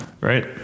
right